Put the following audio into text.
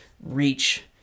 reach